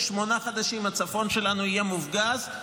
שמונה חודשים הצפון שלנו יהיה מופגז,